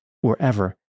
wherever